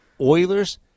Oilers